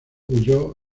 huyó